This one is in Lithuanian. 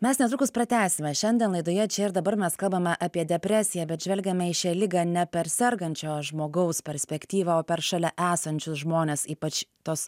mes netrukus pratęsime šiandien laidoje čia ir dabar mes kalbame apie depresiją bet žvelgiame į šią ligą ne per sergančio žmogaus perspektyvą o per šalia esančius žmones ypač tos